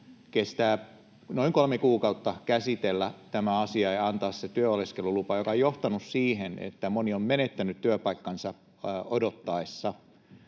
kestää noin kolme kuukautta käsitellä tämä asia ja antaa se työoleskelulupa, mikä on johtanut siihen, että moni on menettänyt työpaikkansa odottaessaan,